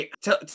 tell